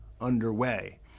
underway